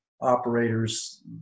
Operators